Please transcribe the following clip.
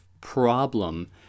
problem